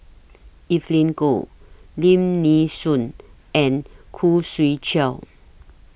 Evelyn Goh Lim Nee Soon and Khoo Swee Chiow